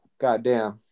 goddamn